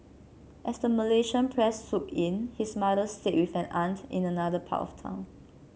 as the Malaysian press swooped in his mother stayed with an aunt in another part of town